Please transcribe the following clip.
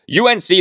UNC